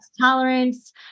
tolerance